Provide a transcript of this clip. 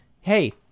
hey